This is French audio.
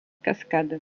cascades